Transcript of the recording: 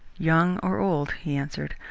young or old, he answered,